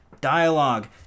dialogue